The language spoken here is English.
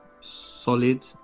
solid